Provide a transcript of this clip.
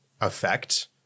effect